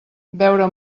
beure